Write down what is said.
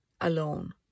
alone